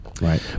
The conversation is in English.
Right